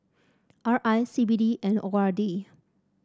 R I C B D and O R D